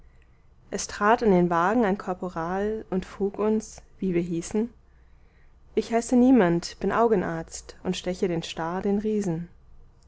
es trat an den wagen ein korporal und frug uns wie wir hießen ich heiße niemand bin augenarzt und steche den star den riesen